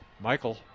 Michael